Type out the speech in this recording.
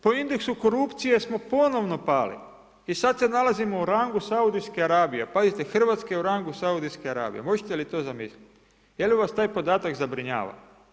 Po indeksu korupcije smo ponovo pali i sad se nalazimo u rangu Saudijske Arabije, pazite Hrvatska je u rangu Saudijske Arabije, možete li to zamisliti, je li vas taj podatak zabrinjava?